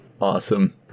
awesome